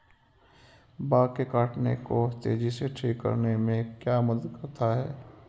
Bug के काटने को तेजी से ठीक करने में क्या मदद करता है?